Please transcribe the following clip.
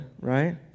right